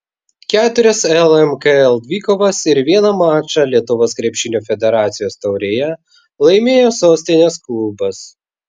keturias lmkl dvikovas ir vieną mačą lietuvos krepšinio federacijos taurėje laimėjo sostinės klubas